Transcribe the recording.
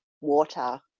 water